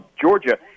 Georgia